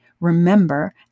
remember